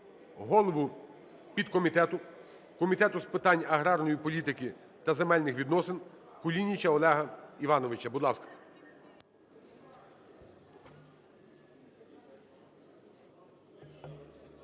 голову підкомітету Комітету з питань аграрної політики та земельних відносин Кулініча Олега Івановича. Будь ласка.